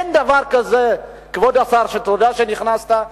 כבוד השר, תודה שנכנסת.